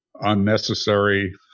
unnecessary